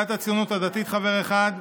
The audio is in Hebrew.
סיעת הציונות הדתית, חבר אחד,